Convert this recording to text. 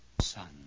Son